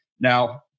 Now